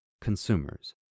consumers